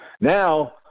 Now